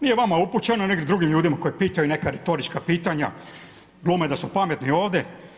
Nije vama upućeno nego drugim ljudima koji pitaju neka retorička pitanja, glume da su pametni ovdje.